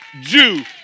Jew